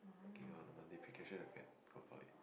freaking out on a Monday damn bad can't